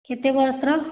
କେତେ ବରଷ୍ର